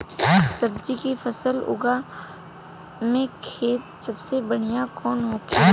सब्जी की फसल उगा में खाते सबसे बढ़ियां कौन होखेला?